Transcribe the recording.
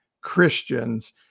Christians